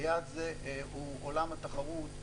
ליד זה הוא עולם התחרות.